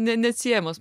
ne neatsiejamas